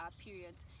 periods